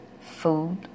food